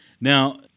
Now